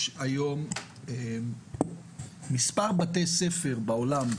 היום יש מספר בתי ספר בעולם,